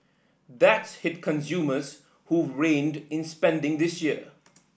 that's hit consumers who've reined in spending this year